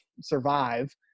survive